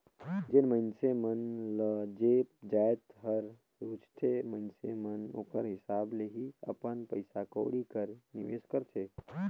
जेन मइनसे मन ल जे जाएत हर रूचथे मइनसे मन ओकर हिसाब ले ही अपन पइसा कउड़ी कर निवेस करथे